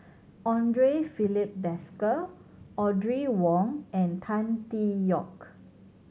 Andre Filipe Desker Audrey Wong and Tan Tee Yoke